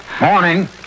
Morning